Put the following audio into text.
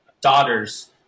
daughters